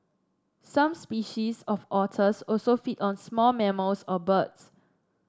some species of otters also feed on small mammals or birds